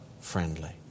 friendly